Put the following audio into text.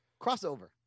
Crossover